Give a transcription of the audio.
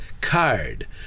card